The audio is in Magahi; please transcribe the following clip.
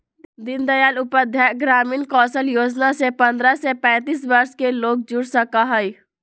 दीन दयाल उपाध्याय ग्रामीण कौशल योजना से पंद्रह से पैतींस वर्ष के लोग जुड़ सका हई